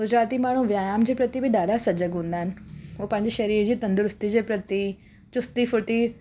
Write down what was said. गुजराती माण्हू व्यायामु जे प्रती बि ॾाढा सज़गु हूंदा आहिनि हो पंहिंजी शरीर जी तंदुरुस्ती जे प्रती चुस्ती फुर्ती